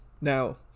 Now